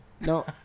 No